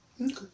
Okay